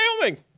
Wyoming